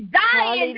dying